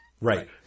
right